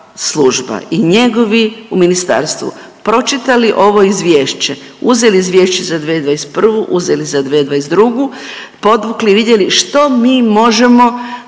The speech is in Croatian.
služba i njegovi u ministarstvu pročitali ovo izvješće, uzeli Izvješće za 2021., uzeli za 2022., podvukli, vidjeli što mi možemo